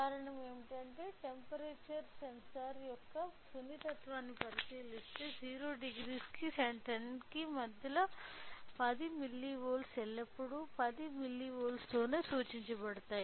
కారణం ఏమిటంటే temperature sensor యొక్క సున్నితత్వాన్ని పరిశీలిస్తే 0C 10 కి 10 మిల్లీవోల్ట్లు ఎల్లప్పుడూ 10 మిల్లీవోల్ట్లతో సూచించబడతాయి